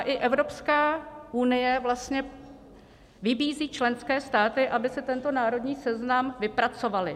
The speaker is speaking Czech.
I Evropská unie vlastně vybízí členské státy, aby si tento národní seznam vypracovaly.